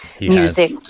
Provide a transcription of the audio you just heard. music